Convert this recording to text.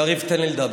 יריב, תן לי לדבר.